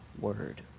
word